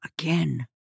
again